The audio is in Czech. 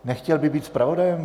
Nechtěl by být zpravodajem?